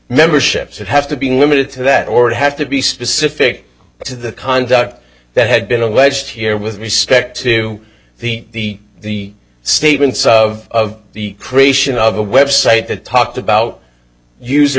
memberships that have to be limited to that or would have to be specific to the conduct that had been alleged here with respect to the the statements of the creation of a website that talked about user